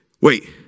Wait